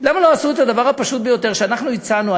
למה לא עשו את הדבר הפשוט ביותר, שאנחנו הצענו?